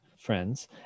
friends